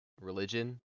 religion